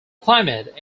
climate